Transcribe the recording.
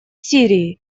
сирии